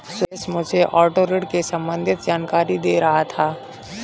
सुरेश मुझे ऑटो ऋण से संबंधित जानकारी दे रहा था